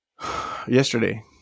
yesterday